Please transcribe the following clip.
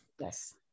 Yes